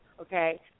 okay